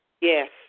Yes